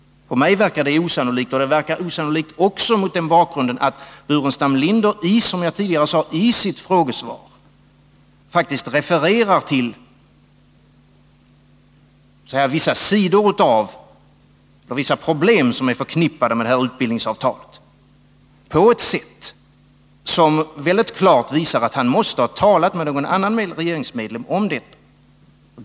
På mig verkar det osannolikt, också mot bakgrund av att Staffan Burenstam Linder, som jag tidigare sagt, i sitt frågesvar faktiskt refererar till vissa problem som är förknippade med det här utbildningsavtalet, på ett sätt som klart visar att han måste ha talat med någon annan regeringsmedlem om detta.